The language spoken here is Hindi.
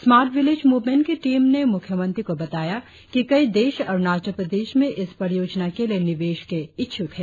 स्मार्ट विलेज मुवमेंट की टीम ने मुख्यमंत्री को बताया कि कई देश अरुणाचल प्रदेश में इस परियोजना के लिए निवेश के इच्छुक है